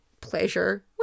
pleasure